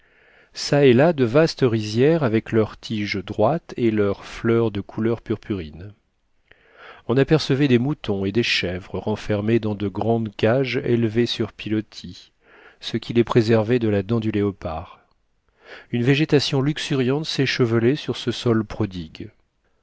ça et là de vastes rizières avec leurs tiges droites et leurs fleurs de couleur purpurine on apercevait des moutons et des chèvres renfermés dans de grandes cages élevées sur pilotis ce qui les préservait de la dent du léopard une végétation luxuriante s'échevelait sur ce sol prodigue